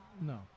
No